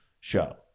show